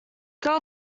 girl